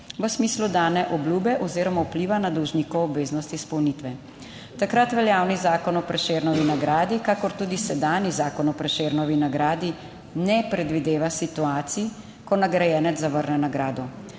v smislu dane obljube oziroma vpliva na dolžnikovo obveznost izpolnitve. Takrat veljavni Zakon o Prešernovi nagradi, kakor tudi sedanji Zakon o Prešernovi nagradi ne predvideva situacij, ko nagrajenec zavrne nagrado.